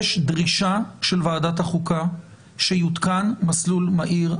יש דרישה של ועדת החוקה שיותקן מסלול מהיר.